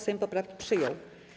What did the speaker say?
Sejm poprawki przyjął.